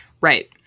Right